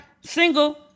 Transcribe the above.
single